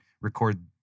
record